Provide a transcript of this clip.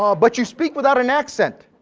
um but you speak without an accent.